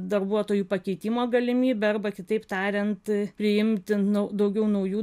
darbuotojų pakeitimo galimybę arba kitaip tariant priimti nu daugiau naujų